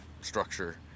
structure